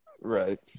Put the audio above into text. Right